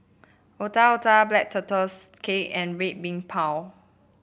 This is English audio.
Otak Otak Black Tortoise Cake and Red Bean Bao